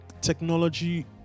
technology